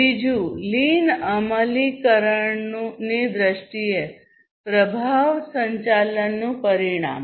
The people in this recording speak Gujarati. બીજું લીન અમલીકરણની દ્રષ્ટિએ પ્રભાવ સંચાલનનું પરિમાણ